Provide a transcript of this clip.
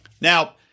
Now